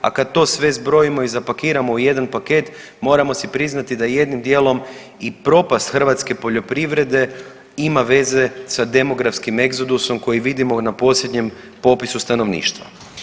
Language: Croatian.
A kad to sve zbrojimo i zapakiramo u jedan paket moramo si priznati da jednim dijelom i propast hrvatske poljoprivrede ima veze sa demokratskim egzodusu koji vidimo na posljednjem popisu stanovništva.